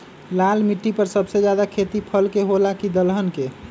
लाल मिट्टी पर सबसे ज्यादा खेती फल के होला की दलहन के?